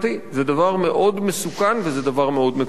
זה דבר מאוד מסוכן וזה דבר מאוד מקומם.